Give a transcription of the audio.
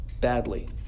badly